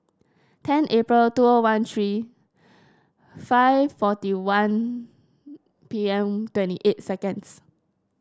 ten April two O one three five forty one P M twenty eight seconds